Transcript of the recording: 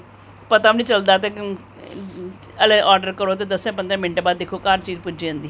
पता बी निं चलदा ते ऐल्लै ऑर्डर करो ते दस्सें पंद्रहें मिंटें च घर चीज़ पुज्जी जं दी